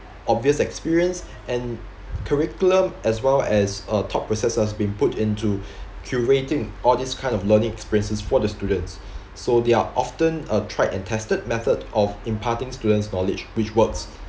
obvious experience and curriculum as well as a top process has been put into curating all these kind of learning experiences for the students so they are often a tried and tested method of imparting students' knowledge which works